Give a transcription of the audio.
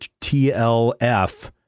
TLF